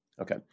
Okay